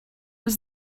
was